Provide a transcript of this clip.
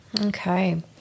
Okay